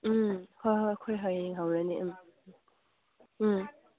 ꯎꯝ ꯍꯣꯏ ꯍꯣꯏ ꯑꯩꯈꯣꯏ ꯍꯌꯦꯡ ꯍꯧꯔꯅꯤ ꯎꯝ ꯎꯝ